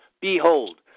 Behold